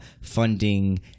funding